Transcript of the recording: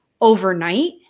overnight